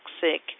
toxic